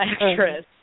actress